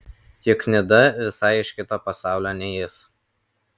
juk nida visai iš kito pasaulio nei jis